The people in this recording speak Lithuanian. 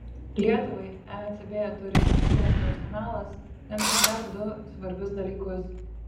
lietuvai ecb turimas įrankių arsenalas lems ir dar du svarbius dalykus